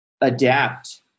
adapt